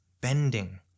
bending